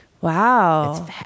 Wow